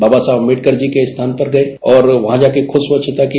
बाबा साहेब अम्बेडकर के स्थान पर गये और वहां जा करके खुद स्वच्छता की